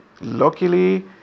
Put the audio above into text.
luckily